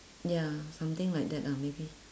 ya something like that lah maybe